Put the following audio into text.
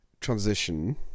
transition